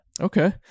Okay